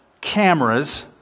cameras